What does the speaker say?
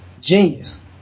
genius